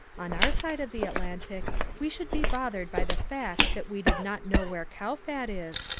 on our side of the atlantic we should be bothered by the fact that we did not know where kowfat is,